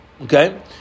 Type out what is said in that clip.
Okay